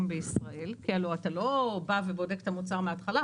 בישראל כי הלא אתה לא בא ובודק את המוצר מהתחלה.